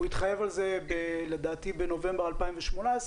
הוא התחייב על זה בנובמבר 2018,